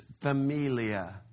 familia